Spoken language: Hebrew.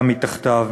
גם מתחתיו.